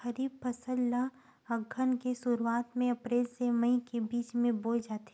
खरीफ फसल ला अघ्घन के शुरुआत में, अप्रेल से मई के बिच में बोए जाथे